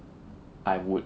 I would